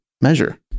measure